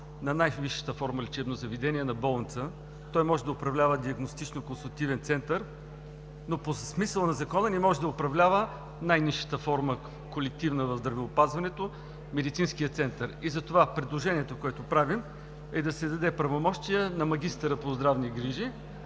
на най-висшата форма лечебно заведение на болница. Той може да управлява диагностично-консултативен център, но по смисъла на Закона не може да управлява най-нисшата колективна форма в здравеопазването – медицинския център. И затова предложението, което правим, е да се дадат правомощия на магистъра по здравни грижи